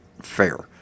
fair